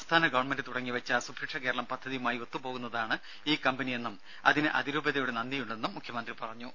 സംസ്ഥാന ഗവൺമെന്റ് തുടങ്ങിവെച്ച സുഭിക്ഷ കേരളം പദ്ധതിയുമായി ഒത്തുപോകുന്നതാണ് ഈ കമ്പനിയെന്നും അതിന് അതിരൂപതയോട് നന്ദിയുണ്ടെന്നും മുഖ്യമന്ത്രി പറഞ്ഞു